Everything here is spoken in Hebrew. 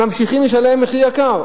ממשיכות לשלם מחיר גבוה.